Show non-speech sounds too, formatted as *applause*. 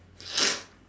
*breath*